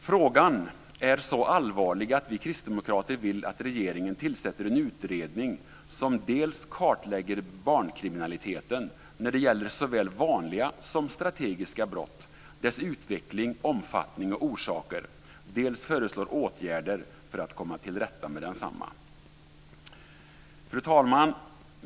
Frågan är så allvarlig att vi kristdemokrater vill att regeringen tillsätter en utredning som dels kartlägger barnkriminaliteten när det gäller såväl vanliga som strategiska brott, dess utveckling, omfattning och orsaker, dels föreslår åtgärder för att komma till rätta med densamma. Fru talman!